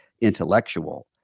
intellectual